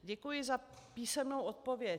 Děkuji za písemnou odpověď.